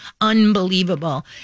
Unbelievable